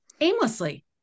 aimlessly